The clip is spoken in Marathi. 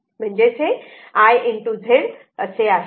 म्हणजेच हे I Z असे आहे